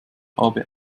habe